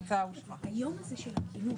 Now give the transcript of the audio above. היום יום שני,